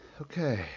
Okay